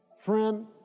Friend